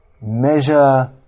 measure